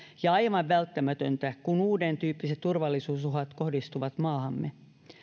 ja aivan välttämätöntä kun uudentyyppiset turvallisuusuhat kohdistuvat maahamme